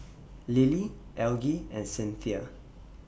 Lily Algie and Cinthia